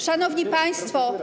Szanowni Państwo!